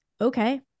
okay